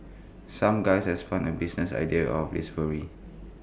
some guys have spun A business idea out of this worry